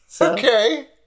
Okay